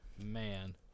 man